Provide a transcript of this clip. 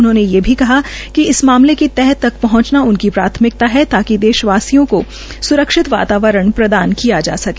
उन्होंने कहा कि इस मामले की तह तक पहुंचना उनकी प्राथमिकता है ताकि प्रदेश वासियों को सुरक्षित वातावरण प्रदान किया जा सके